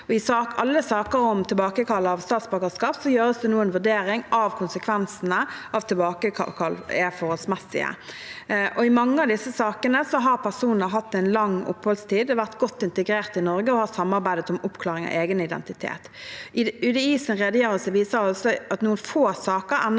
I alle saker om tilbakekall av statsborgerskap gjøres det nå en vurdering av om konsekvensene av tilbakekall er forholdsmessige. I mange av disse sakene har personer hatt en lang oppholdstid, vært godt integrert i Norge og har samarbeidet om oppklaring av egen identitet. UDIs redegjørelse viser at noen få saker ender